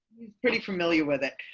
pretty familiar with it,